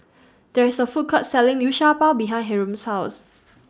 There IS A Food Court Selling Liu Sha Bao behind Hyrum's House